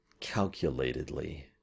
calculatedly